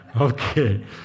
Okay